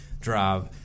drive